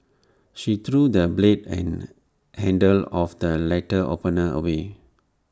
she threw the blade and handle of the letter opener away